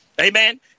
Amen